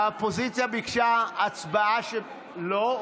האופוזיציה ביקשה הצבעה שמית, לא?